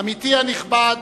עמיתי הנכבד,